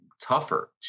tougher